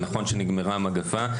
נכון שנגמרה המגפה,